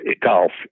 golf